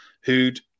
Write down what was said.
who'd